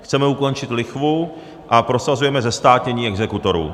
Chceme ukončit lichvu a prosazujeme zestátnění exekutorů.